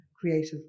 creative